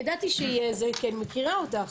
ידעתי שזה יעלה כי אני מכירה אותך,